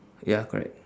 ya correct